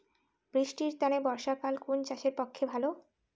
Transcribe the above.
বৃষ্টির তানে বর্ষাকাল কুন চাষের পক্ষে ভালো?